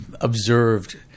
observed